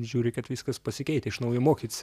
žiūri kad viskas pasikeitę iš naujo mokytis